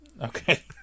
Okay